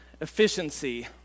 Efficiency